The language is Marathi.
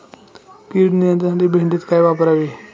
कीड नियंत्रणासाठी भेंडीत काय वापरावे?